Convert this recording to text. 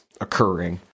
occurring